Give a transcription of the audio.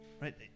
right